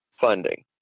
funding